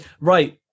Right